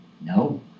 no